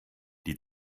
die